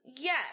Yes